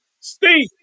Steve